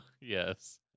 Yes